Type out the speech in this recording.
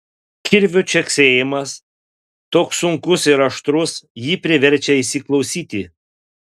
kirvio čeksėjimas toks sunkus ir aštrus jį priverčia įsiklausyti